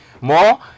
More